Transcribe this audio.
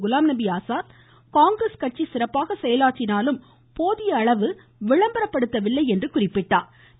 குலாம்நபி ஆசாத் காங்கிரஸ் கட்சி சிறப்பாக செயலாற்றினாலும் போதிய அளவு விளம்பரப் படுத்தவில்லை என்று குறிப்பிட்டார்